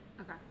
Okay